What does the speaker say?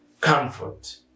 comfort